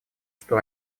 что